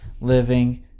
living